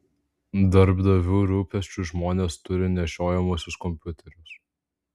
darbdavių rūpesčiu žmonės turi nešiojamuosius kompiuterius